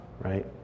right